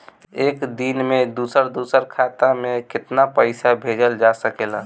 एक दिन में दूसर दूसर खाता में केतना पईसा भेजल जा सेकला?